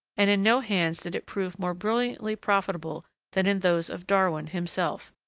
and in no hands did it prove more brilliantly profitable than in those of darwin himself.